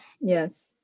Yes